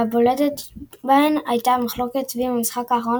והבולטת בהן הייתה המחלוקת סביב המשחק האחרון